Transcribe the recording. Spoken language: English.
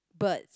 birds